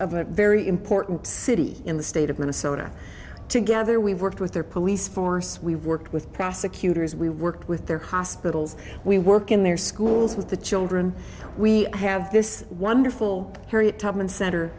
a very important city in the state of minnesota together we've worked with their police force we've worked with prosecutors we worked with their hospitals we work in their schools with the children we have this wonderful harriet tubman cent